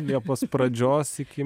liepos pradžios iki